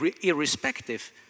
irrespective